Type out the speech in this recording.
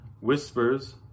Whispers